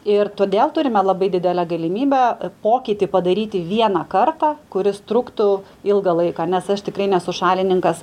ir todėl turime labai didelę galimybę pokytį padaryti vieną kartą kuris truktų ilgą laiką nes aš tikrai nesu šalininkas